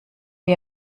wir